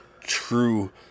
true